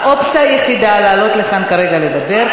האופציה היחידה לעלות לכאן כרגע לדבר,